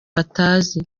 batazi